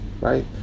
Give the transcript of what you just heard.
right